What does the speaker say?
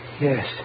Yes